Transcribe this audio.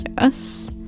Yes